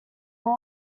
all